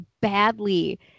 badly